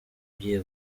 ugiye